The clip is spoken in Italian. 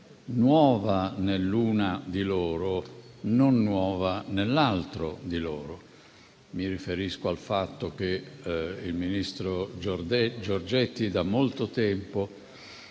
nuova in uno di loro due, non nuova nell'altro. Mi riferisco al fatto che il ministro Giorgetti, da molto tempo,